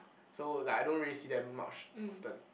so like I don't really see them much often